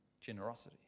generosity